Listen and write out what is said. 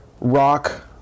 rock